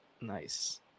Nice